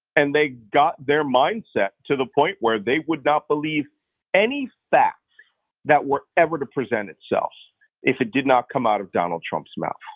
and they got their mindset to the point where they would not believe any facts that were ever to present itself if it did not come out of donald trump's mouth,